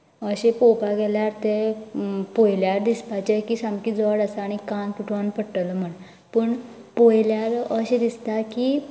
अशें पळोवपाक गेल्यार तें पळयल्यार दिसपाचे की सामकें जड आसा आनी कान बी तुटोन पडटले म्हण पूण पळयल्यार अशें दिसता की